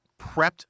prepped